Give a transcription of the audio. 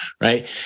Right